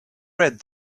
read